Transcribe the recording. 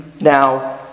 now